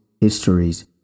histories